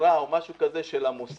לשכירה או משהו כזה של המוסך,